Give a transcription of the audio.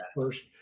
first